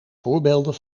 voorbeelden